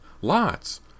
Lots